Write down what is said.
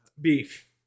beef